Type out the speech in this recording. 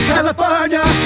California